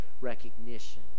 recognition